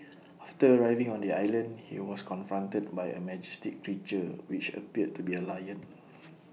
after arriving on the island he was confronted by A majestic creature which appeared to be A lion